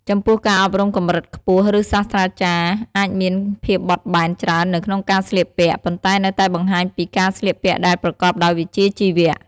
ចំពោះការអប់រំកម្រិតខ្ពស់ ឬ សាស្ត្រាចារ្យអាចមានភាពបត់បែនច្រើននៅក្នុងការស្លៀកពាក់ ប៉ុន្តែនៅតែបង្ហាញពីការស្លៀកពាក់ដែលប្រកបដោយវិជ្ជាជីវៈ។